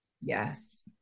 Yes